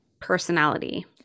personality